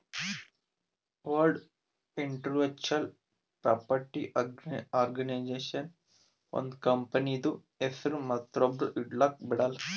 world Intellectual Property Organization ಒಂದ್ ಕಂಪನಿದು ಹೆಸ್ರು ಮತ್ತೊಬ್ರು ಇಟ್ಗೊಲಕ್ ಬಿಡಲ್ಲ